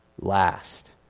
last